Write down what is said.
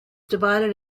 divided